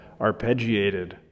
arpeggiated